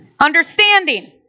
Understanding